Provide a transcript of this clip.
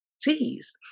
teas